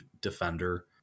defender